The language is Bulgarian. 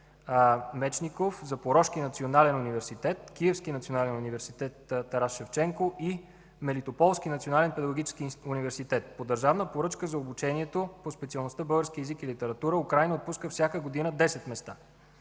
Мечников”, в Запорожки национален университет, в Киевски национален университет „Тарас Шевченко” и Мелитополски национален педагогически университет. По държавна поръчка за обучението по специалността „Български език и литература” Украйна отпуска всяка година 10 места.